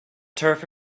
turf